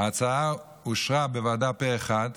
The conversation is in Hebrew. ההצעה אושרה בוועדה פה אחד,